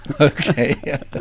Okay